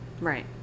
Right